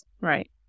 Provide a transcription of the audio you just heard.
Right